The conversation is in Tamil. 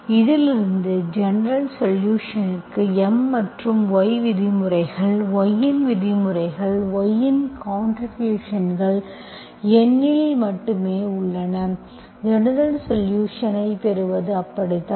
இதிலிருந்து ஜெனரல்சொலுஷன்ஸ்க்கு M மற்றும் y விதிமுறைகள் y இன் விதிமுறைகள் y இன் கான்ட்ரிபியூஷன்ஸ்கள் N இல் மட்டுமே உள்ளன ஜெனரல்சொலுஷன்ஸ்ஐ பெறுவது அப்படித்தான்